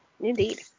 Indeed